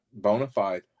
Bonafide